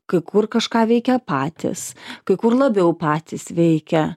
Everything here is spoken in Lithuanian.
kai kur kažką veikia patys kai kur labiau patys veikia